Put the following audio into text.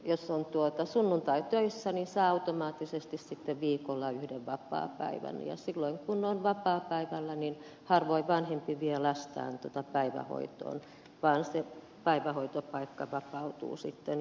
jos on sunnuntaitöissä niin saa automaattisesti sitten viikolla yhden vapaapäivän ja silloin kun on vapaapäivä niin harvoin vanhempi vie lastaan päivähoitoon vaan se päivähoitopaikka vapautuu sitten jollekin toiselle